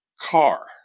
car